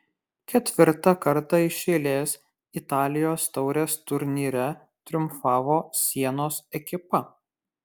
ketvirtą kartą iš eilės italijos taurės turnyre triumfavo sienos ekipa